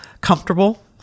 comfortable